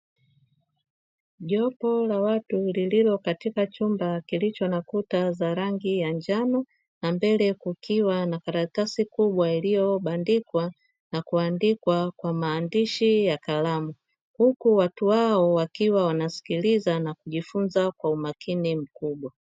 Jopo la watu lililo katika chumba kilicho na kuta za rangi ya njano, na mbele kukiwa na karatasi kubwa lililobandikwa na kuandikwa kwa maandishi ya kalamu. Huku watu hao wakiwa wanasikiliza na kujifunza kwa umakini mkubwa.